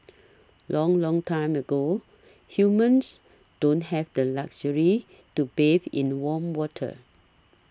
long long time ago humans don't have the luxury to bathe in warm water